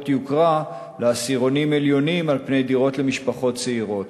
יוקרה לעשירונים עליונים על פני דירות למשפחות צעירות.